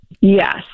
Yes